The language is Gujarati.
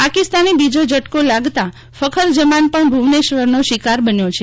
પાકિસ્તાનની બીજો ઝટકો લાગતાં ફખર જમાન પણ ભુવનેશ્વરનો શિકાર બન્યો છે